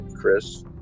Chris